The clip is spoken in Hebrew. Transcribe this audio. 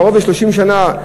קרוב ל-30 שנה,